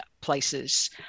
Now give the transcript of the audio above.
places